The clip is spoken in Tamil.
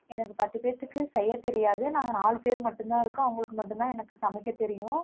எனக்கு பத்து பேர்த்துக்கு செய்ய தெரியாது நாங்கள் நாலு பேர் மட்டும் தான் இருக்கோம் அவங்களுக்கு மட்டும் தான் எனக்கு சமைக்க தெரியும்